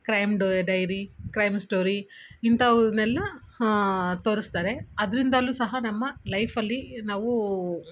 crime ಡೊ diary crime story ಇಂಥವುನೆಲ್ಲ ಆ ತೋರಿಸ್ತಾರೆ ಅದರಿಂದಲು ಸಹ ನಮ್ಮ ಲೈಫಲ್ಲಿ ನಾವೂ